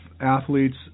athletes